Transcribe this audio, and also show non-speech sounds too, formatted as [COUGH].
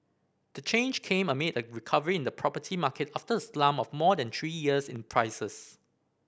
the change came amid a [UNINTELLIGIBLE] recovery in the property market after a slump of more than three years in prices